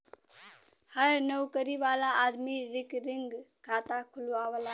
हर नउकरी वाला आदमी रिकरींग खाता खुलवावला